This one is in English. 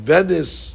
Venice